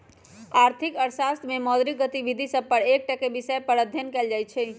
आर्थिक अर्थशास्त्र में मौद्रिक गतिविधि सभ पर एकटक्केँ विषय पर अध्ययन कएल जाइ छइ